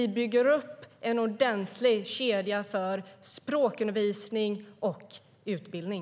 Vi bygger alltså upp en ordentlig kedja för språkundervisning och utbildning.